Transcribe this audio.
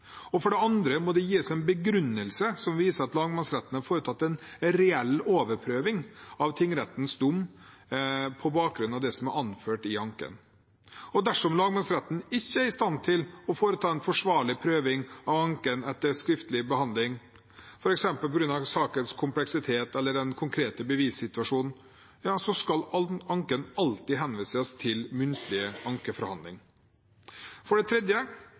fram. For det andre må det gis en begrunnelse som viser at lagmannsretten har foretatt en reell overprøving av tingrettens dom på bakgrunn av det som er anført i anken. Dersom lagmannsretten ikke er i stand til å foreta en forsvarlig prøving av anken etter skriftlig behandling, f.eks. på grunn av sakens kompleksitet eller den konkrete bevissituasjonen, skal anken alltid henvises til muntlig ankeforhandling. For det tredje